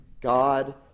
God